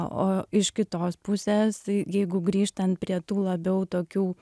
o iš kitos pusės jeigu grįžtant prie tų labiau tokių